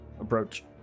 approach